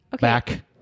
back